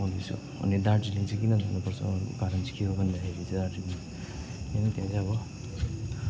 अनि दार्जिलिङ चाहिँ किन जानु पर्छ कारण चाहिँ के हो भन्दाखेरि त्यहाँ चाहिँ अबं